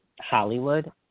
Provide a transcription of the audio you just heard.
Hollywood